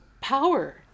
power